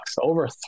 over